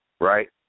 Right